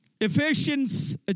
Ephesians